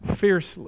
fiercely